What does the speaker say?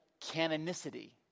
canonicity